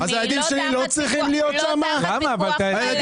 לא תחת פיקוח,